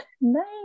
Nice